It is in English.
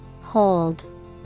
hold